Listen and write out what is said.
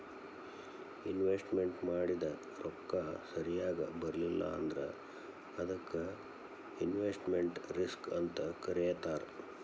investment ಮಾಡಿದ್ ರೊಕ್ಕ ಸರಿಯಾಗ್ ಬರ್ಲಿಲ್ಲಾ ಅಂದ್ರ ಅದಕ್ಕ ಇನ್ವೆಸ್ಟ್ಮೆಟ್ ರಿಸ್ಕ್ ಅಂತ್ ಕರೇತಾರ